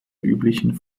üblichen